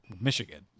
Michigan